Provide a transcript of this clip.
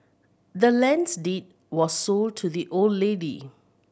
the land's deed was sold to the old lady